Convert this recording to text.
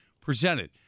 presented